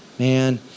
man